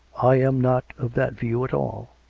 i am not of that view at all,